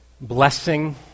blessing